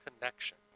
connection